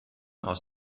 aus